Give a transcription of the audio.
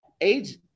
age